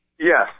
Yes